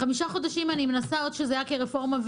עוד כשזה היה כרפורמה,